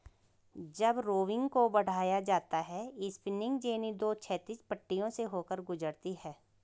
जब रोविंग को बढ़ाया जाता है स्पिनिंग जेनी दो क्षैतिज पट्टियों से होकर गुजरती है